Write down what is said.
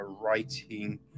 writing